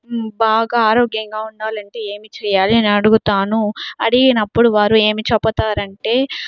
బాగా ఆరోగ్యంగా ఉండాలంటే ఏమి చెయ్యాలని అడుగుతాను అడిగినప్పుడు వారు ఏమి చెపుతారంటే